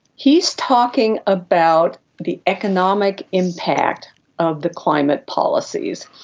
he's talking about the economic impact of the climate policies,